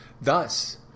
Thus